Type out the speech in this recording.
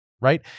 Right